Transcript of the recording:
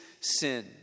sin